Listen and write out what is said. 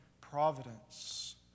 providence